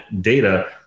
data